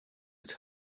ist